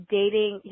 dating